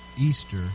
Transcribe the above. Easter